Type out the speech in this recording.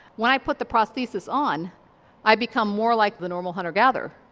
when i put the prosthesis on i become more like the normal hunter gatherer.